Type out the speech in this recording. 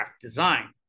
Design